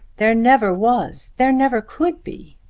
there never was. there never could be.